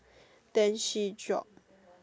then she drop